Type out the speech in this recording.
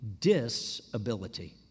disability